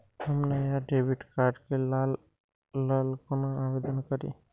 हम नया debit card के लल कौना आवेदन करि?